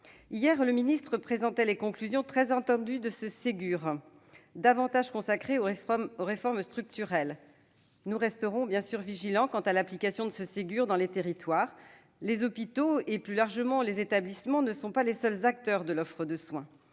Hier, le ministre présentait les conclusions, très attendues de ce Ségur, davantage consacré aux réformes structurelles. Nous resterons vigilants quant à l'application de ce dispositif dans les territoires. Les hôpitaux, et plus largement les établissements, ne sont pas les seuls acteurs de l'offre de soins.